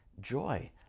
joy